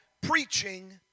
preaching